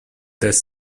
these